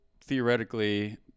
theoretically